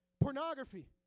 Pornography